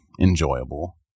enjoyable